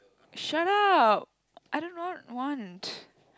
shut up I don't wrote one